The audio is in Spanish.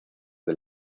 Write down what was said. del